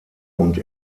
und